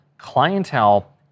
clientele